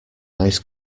ice